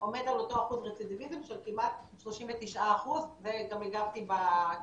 עומד על אותו אחוז רצידיביזם של כמעט 39%. זה גם הגבתי בצ'ט,